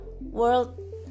world